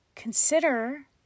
Consider